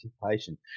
participation